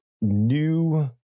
new